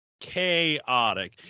Chaotic